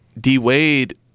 D-Wade